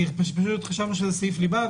חשבנו שזה סעיף ליבה,